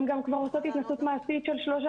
הן כבר עושות התנסות מעשית של שלוש